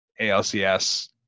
ALCS